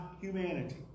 humanity